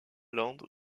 lande